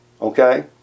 Okay